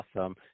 awesome